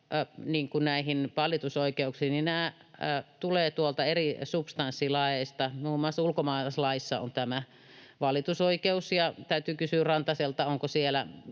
näihin valitusoikeuksiin, niin nämä tulevat eri substanssilaeista. Muun muassa ulkomaalaislaissa on tämä valitusoikeus, ja täytyy kysyä ministeri Rantaselta, onko siellä